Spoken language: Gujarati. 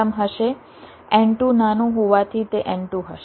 n2 નાનું હોવાથી તે n2 હશે